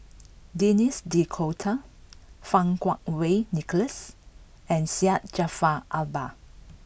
Denis D'Cotta Fang Kuo Wei Nicholas and Syed Jaafar Albar